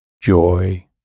joy